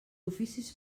oficis